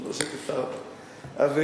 3:04. אז,